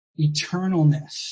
eternalness